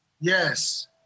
yes